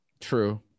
true